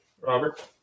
Robert